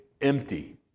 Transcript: empty